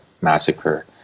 massacre